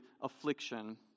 affliction